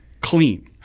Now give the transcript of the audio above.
clean